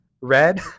Red